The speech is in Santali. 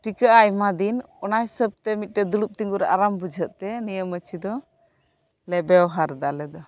ᱴᱤᱠᱟᱹᱜᱼᱟ ᱟᱭᱢᱟ ᱫᱤᱱ ᱚᱱᱟ ᱦᱤᱥᱟᱹᱵᱽ ᱛᱮ ᱢᱤᱫᱴᱮᱡ ᱫᱩᱲᱩᱵ ᱛᱤᱸᱜᱩᱨᱮ ᱟᱨᱟᱢ ᱵᱩᱡᱷᱟᱹᱜ ᱛᱮ ᱱᱤᱭᱟᱹ ᱢᱟᱹᱪᱤ ᱫᱚ ᱞᱮ ᱵᱮᱣᱦᱟᱨ ᱫᱟᱞᱮ ᱟᱞᱮ ᱫᱚ